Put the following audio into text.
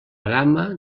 gamma